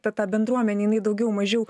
ta ta bendruomenė jinai daugiau mažiau